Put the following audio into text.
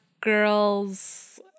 girl's